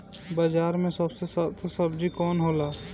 बाजार मे सबसे सस्ता सबजी कौन होला?